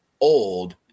old